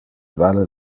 vale